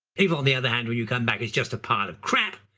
if on the other hand, when you come back it's just a pile of crap,